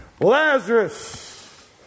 Lazarus